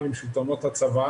התמכרות סמויה,